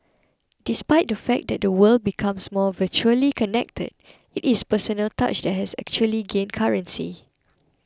despite the fact that the world becomes more virtually connected it is the personal touch that has actually gained currency